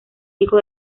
hijo